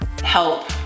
help